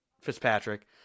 Fitzpatrick